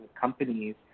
companies